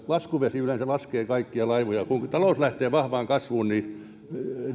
laskuvesi yleensä laskee kaikkia laivoja se että talous lähtee vahvaan kasvuun